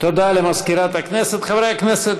מיכאל מלכיאלי, שלי יחימוביץ, דוד ביטן, דב חנין,